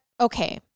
okay